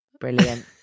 brilliant